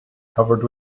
covered